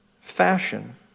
fashion